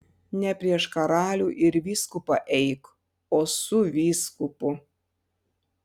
ne prieš karalių ir vyskupą eik o su vyskupu